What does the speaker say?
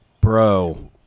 bro